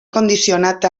condicionat